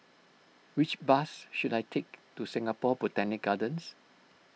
which bus should I take to Singapore Botanic Gardens